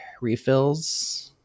refills